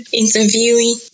interviewing